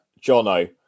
Jono